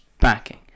backing